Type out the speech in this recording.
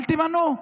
אל תמנו,